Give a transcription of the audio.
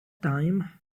time